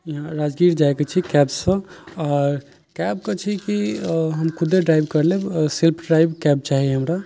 राजगीर जाइके छै कैबसँ आओर कैब के छै कि हम खुदे ड्राइव कर लेब सिर्फ ड्राइव कैब चाही हमरा